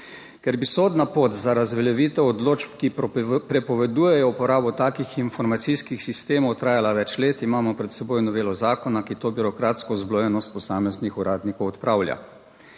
Ker bi sodna pot za razveljavitev odločb, ki prepovedujejo uporabo takih informacijskih sistemov trajala več let, imamo pred seboj novelo zakona, ki to birokratsko zblojenost posameznih uradnikov odpravlja.